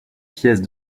pièce